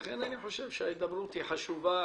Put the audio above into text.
לכן אני חושב שההידברות היא חשובה,